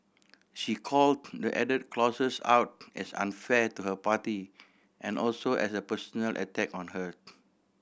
she call the added clauses out as unfair to her party and also as a personal attack on her